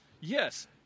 Yes